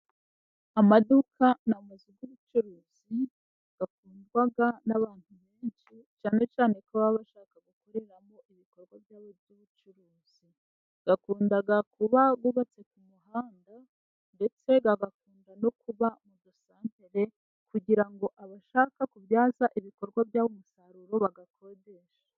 Amaduka ni amazu y'ubucuruzi akundwa n'abantu benshi, cyane cyane ko baba bashaka gukoreramo ibikorwa bya bo by'ubucuruzi. Akunda kuba yubatse ku muhanda, ndetse agakunda no kuba mu dusantere, kugira ngo abashaka kubyaza ibikorwa byabo umusaruro bayakodeshe.